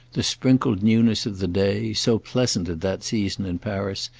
the sprinkled newness of the day, so pleasant at that season in paris,